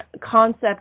concept